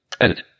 edit